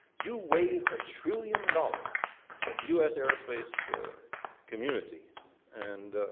you waive a trillion dollars at the us airspace community and